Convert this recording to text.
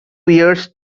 years